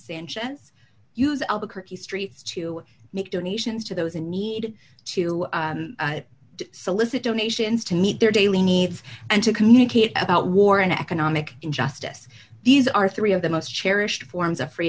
sanchez use albuquerque streets to make donations to those in need to solicit donations to meet their daily needs and to communicate about war and economic injustice these are three of the most cherished forms of free